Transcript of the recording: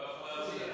אני לא יכול להציע.